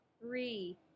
three